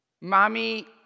Mommy